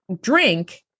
drink